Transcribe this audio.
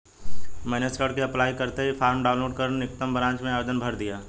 मैंने ऋण के अप्लाई करते ही फार्म डाऊनलोड कर निकटम ब्रांच में आवेदन भर दिया